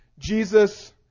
Jesus